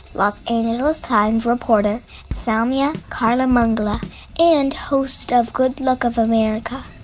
los angeles times reporter soumya karlamangla and host of good luck of america.